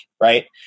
right